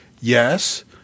yes